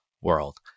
world